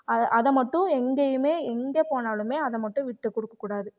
அதை மட்டும் எங்கேயுமே எங்கே போனாலுமே அதை மட்டும் விட்டு கொடுக்க கூடாது